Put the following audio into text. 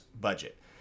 budget